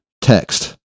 text